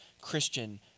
Christian